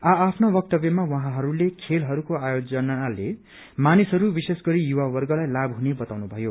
आ आफ्ना वक्तव्यमा उहाँहरूले खेलहरूको आयोजनाले मानिसहरू विशेष गरी युवावर्गलाई लाभ हुने बताउनु भयो